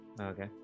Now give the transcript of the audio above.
Okay